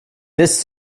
this